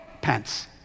Pence